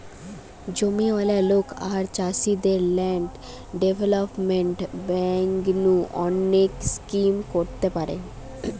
জমিয়ালা লোক আর চাষীদের ল্যান্ড ডেভেলপমেন্ট বেঙ্ক নু অনেক স্কিম করতে পারেন